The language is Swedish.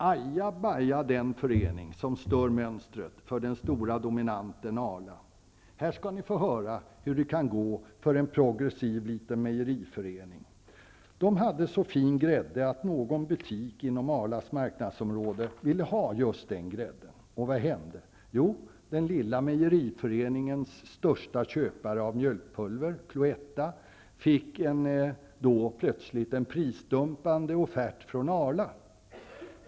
Aja, baja den förening som stör mönstret för den stora dominanten Arla. Här skall ni få höra hur det kan gå för en progressiv liten mejeriförening. Föreningen hade så fin grädde att någon butik inom Arlas marknadsområde ville ha just den grädden. Och vad hände? Jo, den lilla mejeriföreningens största köpare av mjölkpulver, Cloetta, fick då plötsligt en prisdumpande offert från Arla.